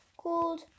called